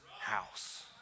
house